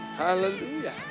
Hallelujah